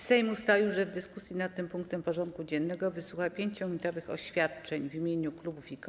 Sejm ustalił, że w dyskusji nad tym punktem porządku dziennego wysłucha 5-minutowych oświadczeń w imieniu klubów i koła.